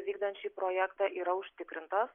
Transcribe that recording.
vykdant šį projektą yra užtikrinta